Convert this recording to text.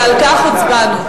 ועל כך הצבענו.